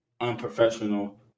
unprofessional